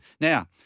Now